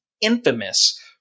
infamous